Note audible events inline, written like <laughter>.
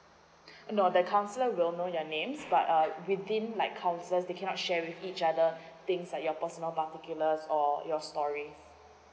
<breath> no the counsellor will know your names but uh within like counsellors they cannot share with each other things like your personal particulars or your story